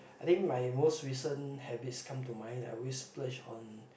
I think my worst recent habit come to my like always splurge on